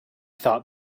thought